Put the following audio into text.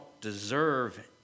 deserve